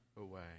away